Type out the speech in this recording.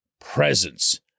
presence